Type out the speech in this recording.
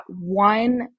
one